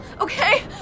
okay